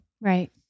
right